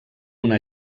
una